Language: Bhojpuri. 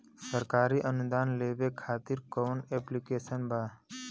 सरकारी अनुदान लेबे खातिर कवन ऐप्लिकेशन बा?